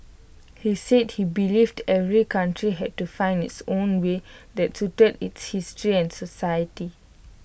he said he believed every country had to find its own way that suited its history and society